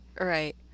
Right